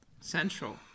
central